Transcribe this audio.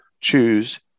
choose